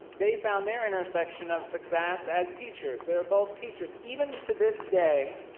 they found their intersection of success as teachers, they were both teachers. even to this day,